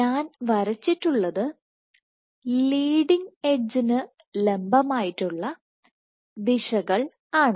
ഞാൻ വരച്ചിട്ടുള്ളത് ലീഡിങ് എഡ്ജിന് ലംബമായിട്ടുള്ള ദിശകൾ ആണ്